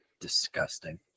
Disgusting